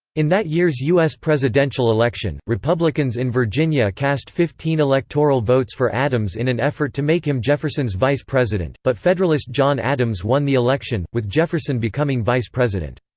in that year's u. s. presidential election, republicans in virginia cast fifteen electoral votes for adams in an effort to make him jefferson's vice-president, but federalist john adams won the election, with jefferson becoming vice-president.